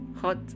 hot